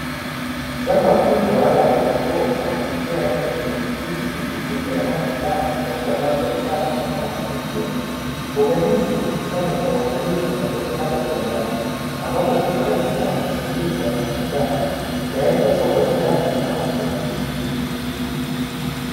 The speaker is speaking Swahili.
Shamba kubwa la mbogamboga limejaa rangi ya kijani kibichi, ikienea hadi mbali katika mandhari safi na ya kuvutia. Mboga hizi hukusanywa kwa uangalifu na kuchakatwa kiwandani, ambapo hukaushwa, kusindikwa na kufungashwa tayari kwa soko la ndani au nje ya nchi.